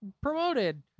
promoted